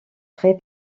très